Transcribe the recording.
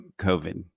COVID